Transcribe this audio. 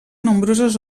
nombroses